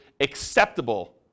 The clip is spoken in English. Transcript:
acceptable